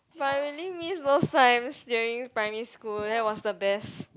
but I really miss those times during primary school that was the best